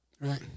Right